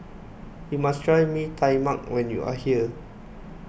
you must try Mee Tai Mak when you are here